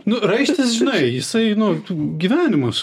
nu raištis žinai jisai nu gyvenimas